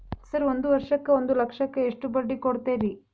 Sir ಒಂದು ವರ್ಷಕ್ಕ ಒಂದು ಲಕ್ಷಕ್ಕ ಎಷ್ಟು ಬಡ್ಡಿ ಕೊಡ್ತೇರಿ?